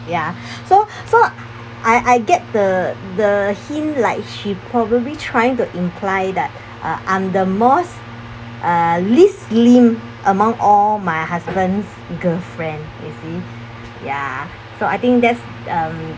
ya so so I I get the the hint like she probably trying to imply that uh I'm the most uh least slim among all my husband's girl friend you see ya so I think that's um